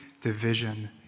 division